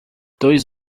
dois